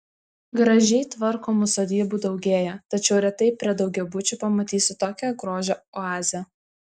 gražiai tvarkomų sodybų daugėja tačiau retai prie daugiabučių pamatysi tokią grožio oazę